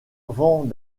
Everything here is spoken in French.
avant